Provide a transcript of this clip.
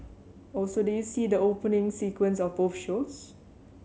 also did you see the opening sequence of both shows